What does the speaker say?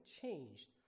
changed